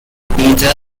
peter